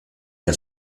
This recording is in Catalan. que